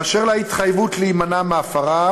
אשר להתחייבות להימנע מהפרה,